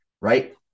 right